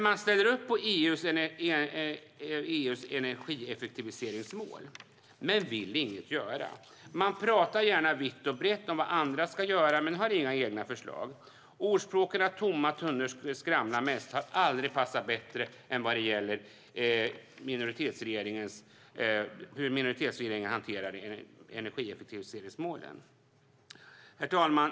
Man ställer upp på EU:s energieffektiviseringsmål men vill inget göra. Men pratar gärna vitt och brett om vad andra ska göra men har inga egna förslag. Ordspråket om att tomma tunnor skramlar mest har aldrig passat bättre än för hur minoritetsregeringen hanterar energieffektiviseringsmålen. Herr talman!